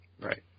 Right